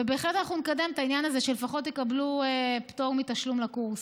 ובהחלט אנחנו נקדם את העניין הזה שלפחות יקבלו פטור מתשלום לקורס.